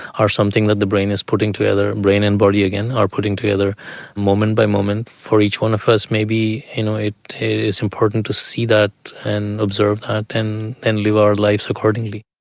are something that the brain is putting together, and brain and body again are putting together moment by moment. for each one of us maybe you know it is important to see that and observe that and and live our lives accordingly.